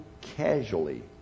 casually